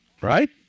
right